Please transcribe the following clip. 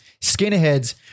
skinheads